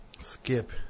Skip